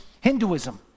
Hinduism